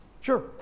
Sure